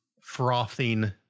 frothing